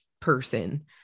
person